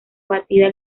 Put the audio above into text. batida